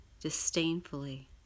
disdainfully